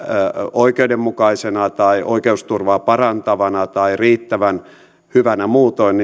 oikeudenmukaisena tai oikeusturvaa parantavana tai riittävän hyvänä muutoin